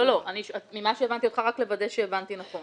רק לוודא שהבנתי נכון: